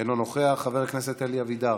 אינו נוכח, חבר הכנסת אלי אבידר,